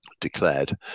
declared